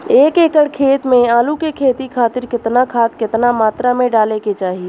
एक एकड़ खेत मे आलू के खेती खातिर केतना खाद केतना मात्रा मे डाले के चाही?